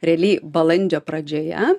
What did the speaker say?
realiai balandžio pradžioje